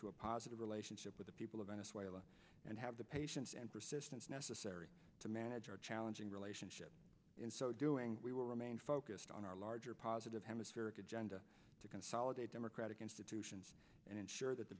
to a positive relationship with the people of venezuela and have the patience and persistence necessary to manage our challenging relationship in so doing we will remain focused on our larger positive hemispheric agenda to consolidate democratic institutions and ensure that the